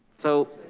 so.